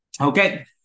Okay